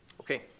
Okay